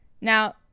Now